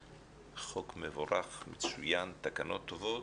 חוק מבורך, מצוין, תקנות טובות.